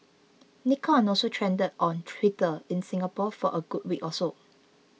Nikon also trended on Twitter in Singapore for a good week or so